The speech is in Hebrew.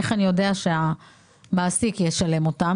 איך אני יודע שהמעסיק ישלם אותם?